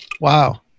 wow